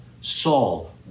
Saul